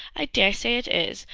i dare say it is,